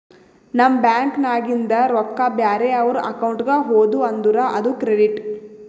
ನಮ್ ಬ್ಯಾಂಕ್ ನಾಗಿಂದ್ ರೊಕ್ಕಾ ಬ್ಯಾರೆ ಅವ್ರ ಅಕೌಂಟ್ಗ ಹೋದು ಅಂದುರ್ ಅದು ಕ್ರೆಡಿಟ್